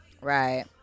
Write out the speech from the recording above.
Right